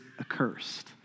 accursed